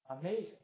Amazing